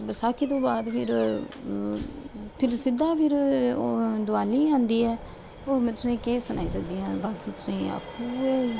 बसाखी तूं बाद फिर सिद्धा फिर दवाली आंदी ऐ होर में तुसेंई केह् सनाई सकदी आं बाकी तुसेंई आखो उ'यै